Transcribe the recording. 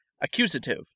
accusative